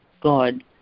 God